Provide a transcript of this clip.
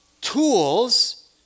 Tools